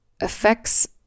affects